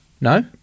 No